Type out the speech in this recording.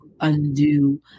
undo